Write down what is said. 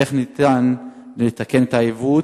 איך ניתן לתקן את העיוות,